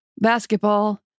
basketball